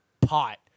pot